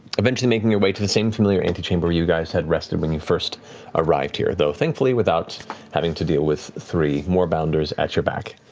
eventually making your way to the same familiar antechamber you guys had rested when you first arrived here, though thankfully without having to deal with three moorbounders at your back.